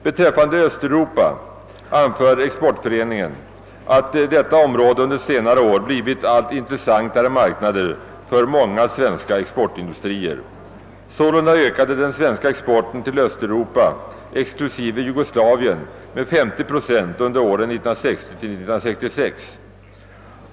Beträffande Östeuropa anför Exportföreningen att detta område under senare år har blivit en allt intressantare marknad för många svenska exportindustrier. Sålunda ökade den svenska exporten till Östeuropa exklusive Jugoslavien med 5350 procent under åren 1960—1966.